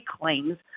claims